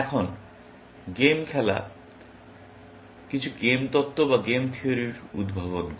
এখন গেম খেলা কিছু গেম তত্ত্ব এর উদ্ভাবন করে